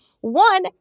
One